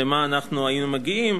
למה היינו מגיעים.